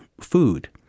food